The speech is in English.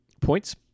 Points